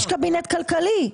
יש קבינט כלכלי.